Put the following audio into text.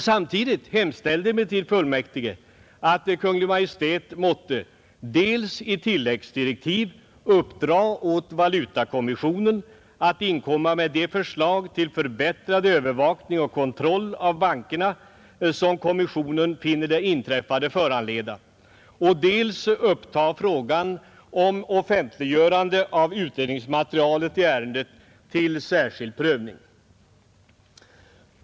Samtidigt hemställde fullmäktige att Kungl. Maj:t måtte dels i tilläggsdirektiv uppdra åt valutakommissionen att inkomma med de förslag till förbättrad övervakning och kontroll av bankerna, som kommissionen finner det inträffade föranleda, dels uppta frågan om offentliggörande av utredningsmaterialet i ärendet till särskild prövning.